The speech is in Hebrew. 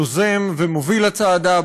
יוזם ומוביל הצעדה,